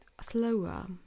Slower